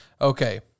Okay